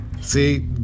See